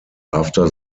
after